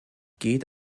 geht